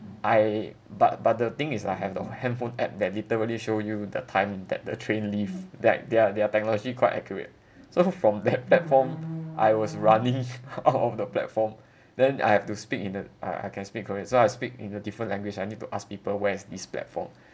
I but but the thing is I have the handphone app that literally show you the time that the train leave that their their technology quite accurate so from that platform I was running out of the platform then I have to speak in the I I can speak koeran so I speak in a different language I need to ask people where is this platform